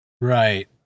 Right